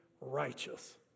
righteous